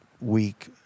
week